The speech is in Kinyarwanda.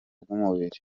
bw’umubiri